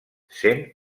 sent